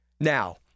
Now